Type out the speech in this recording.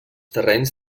terrenys